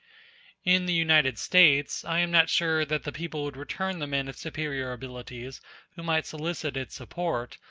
in the united states, i am not sure that the people would return the men of superior abilities who might solicit its support,